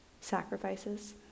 sacrifices